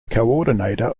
coordinator